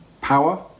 Power